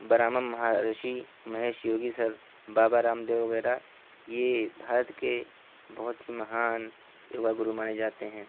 برامم Maharishi Mahesh Yogi sir Baba Ramdev وگیرہ یہ بھارت کے بہت ہی مہان یوگا گرو مانے جاتے ہیں